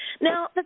Now